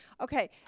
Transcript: Okay